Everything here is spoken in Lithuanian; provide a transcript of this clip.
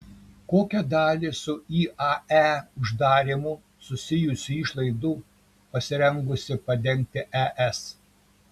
kokią dalį su iae uždarymu susijusių išlaidų pasirengusi padengti es